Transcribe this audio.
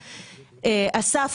אסף,